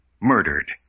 murdered